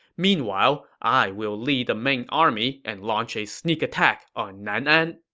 meanwhile, i will lead the main army and launch a sneak attack on nan'an.